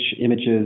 images